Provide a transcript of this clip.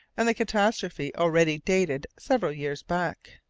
and the catastrophe already dated several years back!